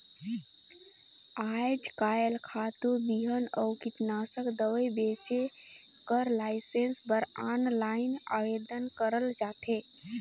आएज काएल खातू, बीहन अउ कीटनासक दवई बेंचे कर लाइसेंस बर आनलाईन आवेदन करल जाथे